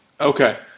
Okay